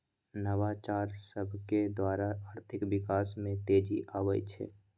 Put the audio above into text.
नवाचार सभकेद्वारा आर्थिक विकास में तेजी आबइ छै